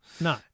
No